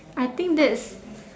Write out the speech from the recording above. I think that's